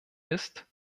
ist